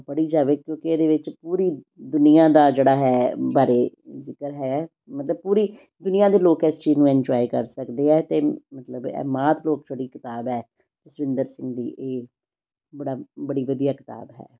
ਪੜ੍ਹੀ ਜਾਵੇ ਕਿਉਂਕੀ ਇਹਦੇ ਵਿੱਚ ਪੂਰੀ ਦੁਨੀਆਂ ਦਾ ਜਿਹੜਾ ਹੈ ਬਾਰੇ ਜ਼ਿਕਰ ਹੈ ਮਤਲਬ ਪੂਰੀ ਦੁਨੀਆਂ ਦੇ ਲੋਕ ਇਸ ਚੀਜ਼ ਨੂੰ ਇੰਜੋਏ ਕਰ ਸਕਦੇ ਆ ਅਤੇ ਮਤਲਬ ਇਹ ਮਾਤ ਲੋਕ ਜਿਹੜੀ ਕਿਤਾਬ ਹੈ ਜਸਵਿੰਦਰ ਸਿੰਘ ਦੀ ਇਹ ਬੜਾ ਬੜੀ ਵਧੀਆ ਕਿਤਾਬ ਹੈ